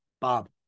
Bob